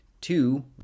two